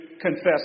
confess